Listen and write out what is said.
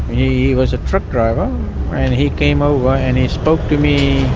he was a truck driver, and he came over ah and he spoke to me,